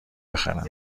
بخرم